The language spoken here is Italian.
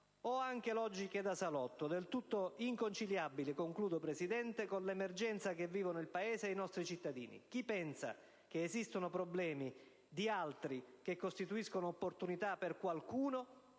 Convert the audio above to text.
piazza o da salotto, del tutto inconciliabili con l'emergenza che vivono il Paese e i nostri cittadini. Chi pensa che esistono problemi di altri che costituiscono opportunità per qualcuno